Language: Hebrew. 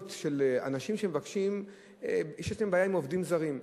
של אנשים שיש להם בעיה עם עובדים זרים,